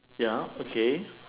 ya okay